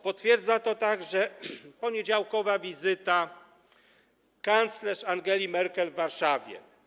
Potwierdza to także poniedziałkowa wizyta kanclerz Angeli Merkel w Warszawie.